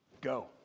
Go